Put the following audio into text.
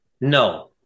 No